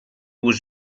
was